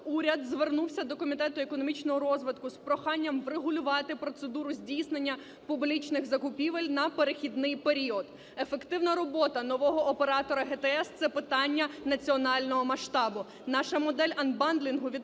уряд звернувся до Комітету економічного розвитку з проханням врегулювати процедуру здійснення публічних закупівель на перехідний період. Ефективна робота нового оператора ГТС – це питання національного масштабу. Наша модель анбандлінгу відповідає